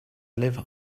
lèvre